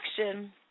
action